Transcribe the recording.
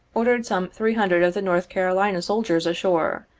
ordered some three hundred of the north carolina soldiers ashore,